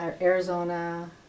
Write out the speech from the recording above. Arizona